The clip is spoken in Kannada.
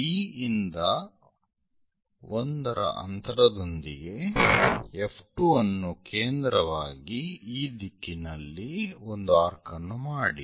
B ಇಂದ 1 ರ ಅಂತರದೊಂದಿಗೆ F2 ಅನ್ನು ಕೇಂದ್ರವಾಗಿ ಈ ದಿಕ್ಕಿನಲ್ಲಿ ಒಂದು ಆರ್ಕ್ ಅನ್ನು ಮಾಡಿ